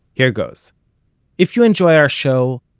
here goes if you enjoy our show,